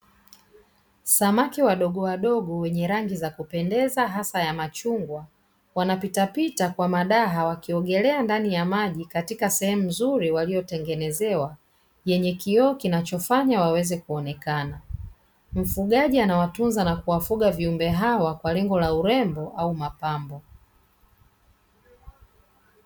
Samaki wadogowadogo wenye rangi za kupendeza hasa ya machungwa, wanapitapita kwa madaha wakiogelea ndani ya maji, katika sehemu nzuri waliyotengenezewa, yenye kioo kinachofanya waweze kuonekana. Mfugaji anawatunza na kuwafuga viumbe hawa kwa lengo la urembo au mapambo.